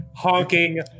Honking